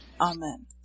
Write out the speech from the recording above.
Amen